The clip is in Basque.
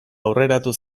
aurreratu